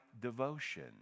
devotion